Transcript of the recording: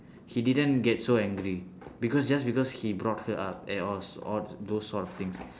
he didn't get so angry because just because he brought her up at all all those sort of things